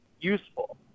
useful